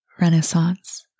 renaissance